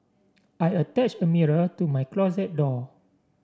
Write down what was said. I attached a mirror to my closet door